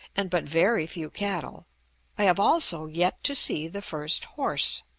and but very few cattle i have also yet to see the first horse.